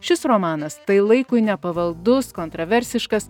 šis romanas tai laikui nepavaldus kontroversiškas